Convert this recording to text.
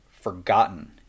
forgotten